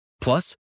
Plus